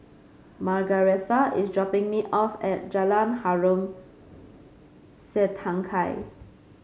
Margaretha is dropping me off at Jalan Harom Setangkai